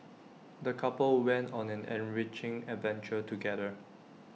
the couple went on an enriching adventure together